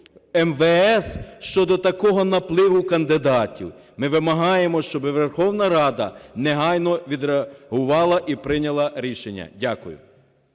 МВС щодо такого напливу такого кандидатів. Ми вимагаємо, щоб Верховна Рада негайно відреагувала і прийняла рішення. Дякую.